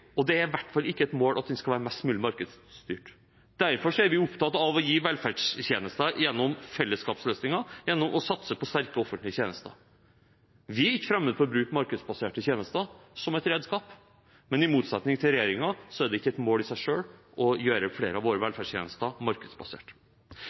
og det er i hvert fall ikke et mål at den skal være mest mulig markedsstyrt. Derfor er vi opptatt av å gi velferdstjenester gjennom fellesskapsløsninger, gjennom å satse på sterke offentlige tjenester. Vi er ikke fremmed for å bruke markedsbaserte tjenester som et redskap, men i motsetning til regjeringen er det for oss ikke et mål i seg selv å gjøre flere av våre